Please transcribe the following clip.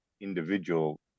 individual